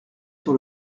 sur